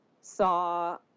saw